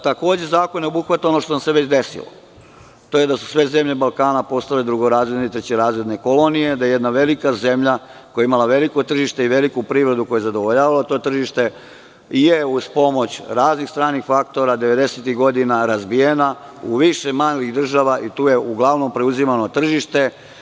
Takođe, zakon ne obuhvata ono što se već desilo, a to je da su sve zemlje Balkana postale drugorazredne i trećerazredne kolonije, da je jedna velika zemlja koja je imala veliko tržište i veliku privredu koja je zadovoljavala to tržište uz pomoć raznih stranih faktora 90-ih godina razbijena u više malih država i tu je uglavnom preuzimano tržište.